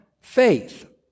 faith